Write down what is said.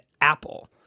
Apple